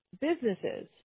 businesses